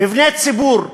מבני ציבור,